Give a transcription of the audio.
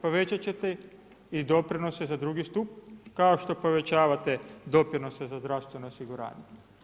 Povećat ćete i doprinos za II. stup kao što povećavate doprinose za zdravstveno osiguranje.